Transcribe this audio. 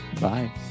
Bye